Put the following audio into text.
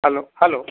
hello hello